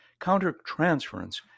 countertransference